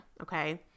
okay